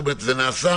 זאת אומרת שזה נעשה?